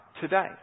today